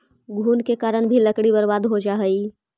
घुन के कारण भी लकड़ी बर्बाद हो जा हइ